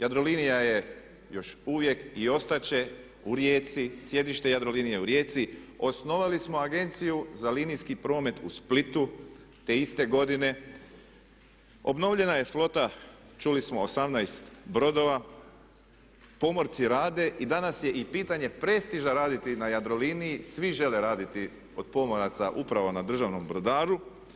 Jadrolinija je još uvijek i ostat će u Rijeci, sjedište Jadrolinije je u Rijeci, osnovali smo Agenciju za linijski promet u Splitu te iste godine, obnovljena je flota, čuli smo 18 brodova, pomorci rade i danas je i pitanje prestiža raditi na Jadroliniji, svi žele raditi od pomoraca upravo na državnom brodaru.